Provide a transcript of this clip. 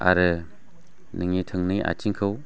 आरो नोंनि थोंनै आथिंखौ